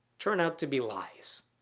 turn out to be lies.